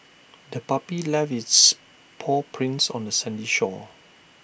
the puppy left its paw prints on the sandy shore